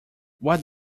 what